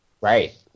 Right